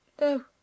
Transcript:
No